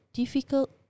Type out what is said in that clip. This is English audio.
difficult